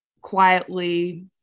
quietly